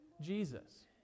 Jesus